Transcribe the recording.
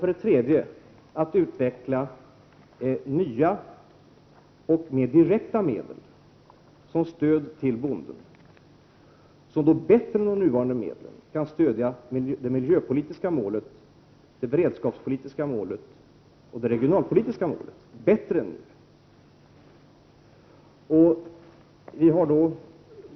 Nya och mer direkta medel skall utvecklas som stöd för bonden — medel som bättre än de nuvarande kan bidra till att stödja det miljöpolitiska målet, det beredskapspolitiska målet och det regionalpolitiska målet.